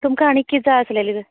तुमकां आनीक कितें जाय आसलेले